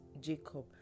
Jacob